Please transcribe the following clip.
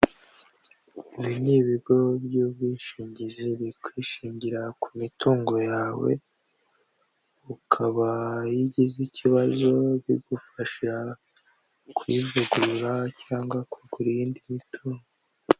Ibi ni ibigo by'ubwishingizi bikwishingira ku mitungo yawe, ukaba iyo ugize ikibazo bigufasha kuyivugurura cyangwa kugura iyindi mitungo.